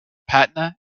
patna